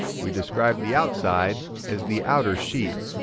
we describe the outside as the outer sheath,